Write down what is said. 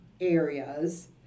areas